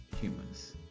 humans